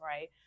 right